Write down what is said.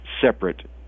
separate